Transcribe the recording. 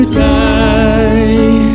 die